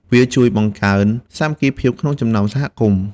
វាជួយបង្កើនសាមគ្គីភាពក្នុងចំណោមសហគមន៍។